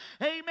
Amen